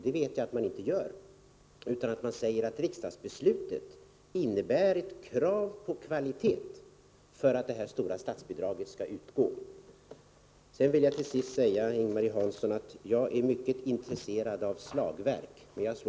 Det vet jag att man inte gör, utan att man säger att riksdagsbeslutet innebär ett krav på kvalitet för att detta stora statsbidrag skall utgå.